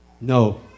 No